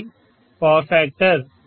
ఇది power factor